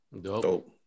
Dope